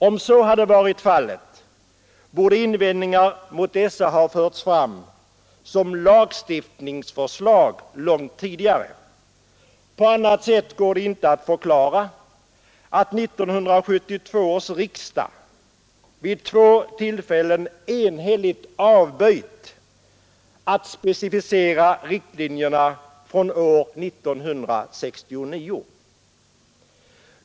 Om så hade varit fallet borde invändningar mot dessa ha förts fram som lagstiftningsförslag långt tidigare. På annat sätt går det inte att förklara att 1972 års riksdag vid två tillfällen enhälligt avböjt att specificera riktlinjerna från år 1969.